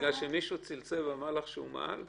בגלל שמישהו צלצל ואמר לך שהוא מעל?